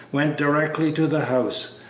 went directly to the house.